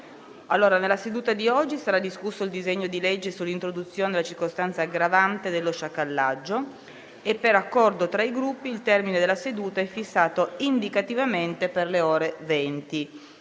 Nella seduta di oggi sarà discusso il disegno di legge sull'introduzione della circostanza aggravante dello sciacallaggio e, per accordo tra i Gruppi, il termine della seduta è fissato indicativamente per le ore 20.